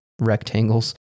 rectangles